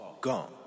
gone